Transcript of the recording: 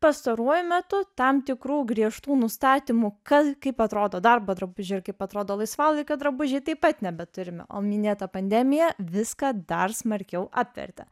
pastaruoju metu tam tikrų griežtų nustatymų kas kaip atrodo darbo drabužiai ir kaip atrodo laisvalaikio drabužiai taip pat nebeturime o minėta pandemija viską dar smarkiau apvertė